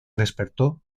despertó